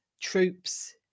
troops